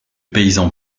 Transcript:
paysans